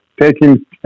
taking